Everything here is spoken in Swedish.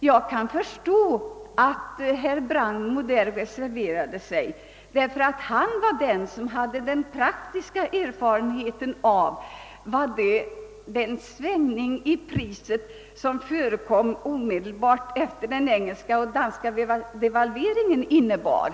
Jag kan förstå att herr Brangmo reserverade sig, därför att han hade den praktiska erfarenheten av vad den svängning i priset som förekom omedelbart efter den engelska och danska devalveringen innebar.